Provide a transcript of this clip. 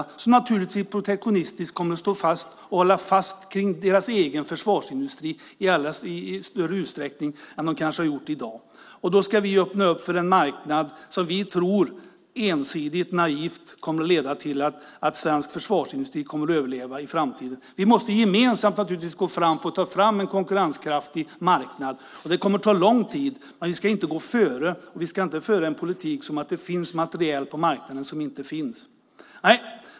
De kommer naturligtvis att protektionistiskt hålla fast vid sin egen försvarsindustri i större utsträckning än vad de kanske gör i dag. Vi ska öppna för en marknad som vi ensidigt och naivt tror kommer att leda till att svensk försvarsindustri kommer att överleva i framtiden. Vi måste naturligtvis gemensamt ta fram en konkurrenskraftig marknad. Det kommer att ta lång tid. Men vi ska inte gå före, och vi ska inte föra en politik som om det finns materiel på marknaden som inte finns.